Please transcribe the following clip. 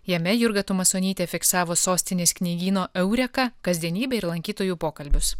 jame jurga tumasonytė fiksavo sostinės knygyno eureka kasdienybę ir lankytojų pokalbius